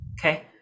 okay